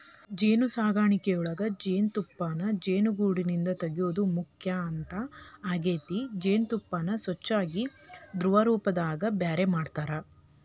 ಜೇನುಸಾಕಣಿಯೊಳಗ ಜೇನುತುಪ್ಪಾನ ಜೇನುಗೂಡಿಂದ ತಗಿಯೋದು ಮುಖ್ಯ ಹಂತ ಆಗೇತಿ ಜೇನತುಪ್ಪಾನ ಸ್ವಚ್ಯಾಗಿ ದ್ರವರೂಪದಾಗ ಬ್ಯಾರೆ ಮಾಡ್ತಾರ